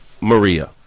Maria